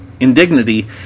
indignity